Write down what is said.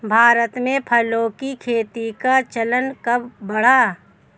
भारत में फलों की खेती का चलन कब बढ़ा?